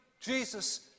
Jesus